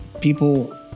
people